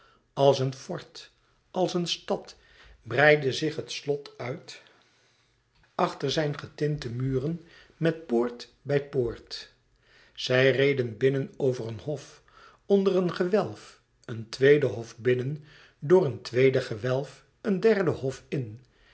als een fort als een stad breidde zich het slot uit achter zijn getinde muren met poort bij poort zij reden binnen over een hof onder een gewelf een tweede hof binnen door een tweede gewelf een derde hof in